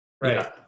Right